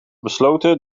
besloten